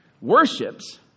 worships